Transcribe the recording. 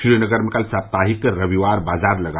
श्रीनगर में कल साप्ताहिक रविवार बाजार लगा